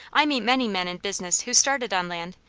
i meet many men in business who started on land,